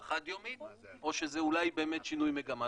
חד יומית או שזה אולי באמת שינוי מגמה.